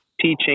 teaching